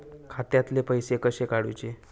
खात्यातले पैसे कसे काडूचे?